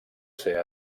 ser